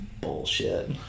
bullshit